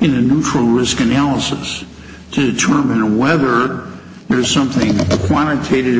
in a neutral risk analysis to determine whether there's something quantitative